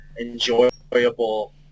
enjoyable